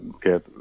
get